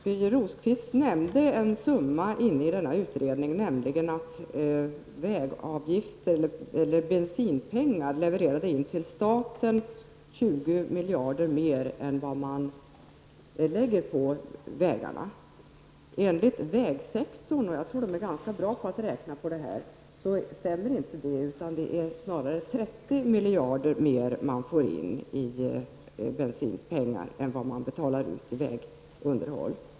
Birger Rosqvist nämnde en summa från denna utredning, nämligen att staten genom bensinpengar får in 20 miljarder mer än vad man lägger på underhåll av vägarna. Enligt vägsektorn, som jag tror är ganska bra på att göra beräkningar av det här slaget, stämmer inte detta, utan staten får snarare in 30 miljarder mer i bensinpengar än vad man betalar ut i vägunderhåll.